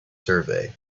survey